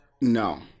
No